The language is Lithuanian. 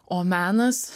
o menas